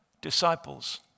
disciples